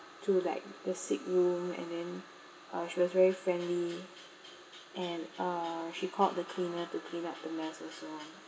to like the sick room and then uh she was very friendly and uh she called the cleaner to clean up the mess also